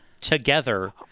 together